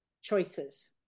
choices